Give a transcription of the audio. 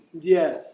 yes